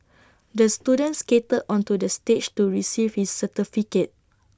the student skated onto the stage to receive his certificate